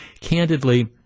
candidly